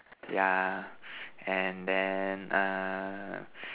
yeah and then err